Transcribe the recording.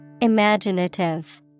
Imaginative